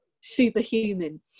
superhuman